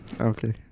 Okay